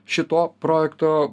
šituo projekto